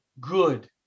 good